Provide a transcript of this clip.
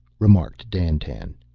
remarked dandtan.